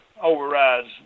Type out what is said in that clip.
overrides